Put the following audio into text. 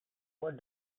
what